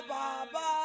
Baba